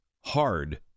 hard